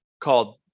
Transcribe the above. called